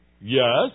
Yes